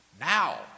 Now